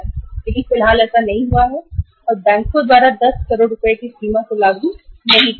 लेकिन फिलहाल ऐसा नहीं हुआ है और बैंक द्वारा 10 करोड रुपए की सीमा को लागू नहीं किया गया है